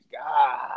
God